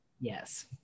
yes